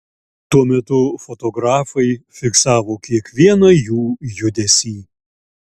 tuo metu fotografai fiksavo kiekvieną jų judesį